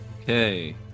Okay